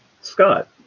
Scott